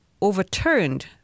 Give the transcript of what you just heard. overturned